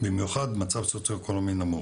במיוחד במצב סוציואקונומי נמוך.